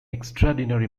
extraordinary